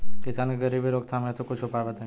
किसान के गरीबी रोकथाम हेतु कुछ उपाय बताई?